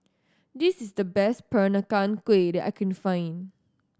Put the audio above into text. this is the best Peranakan Kueh that I can find